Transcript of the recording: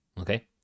Okay